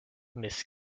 miss